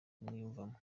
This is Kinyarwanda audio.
umwiyumvamo